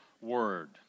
Word